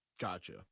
gotcha